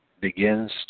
begins